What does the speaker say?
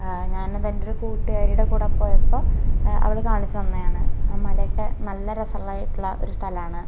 ഞാനതെൻ്റെ ഒരു കൂട്ടുകാരീടെ കൂടെപ്പോപ്പോൾ അവൾ കാണിച്ച് തന്നെയാണ് ആ മലെക്കെ നല്ല രസമുള്ളയായിട്ടുള്ള ഒരു സ്ഥലമാണ്